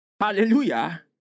Hallelujah